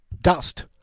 dust